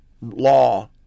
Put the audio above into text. Law